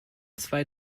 zwei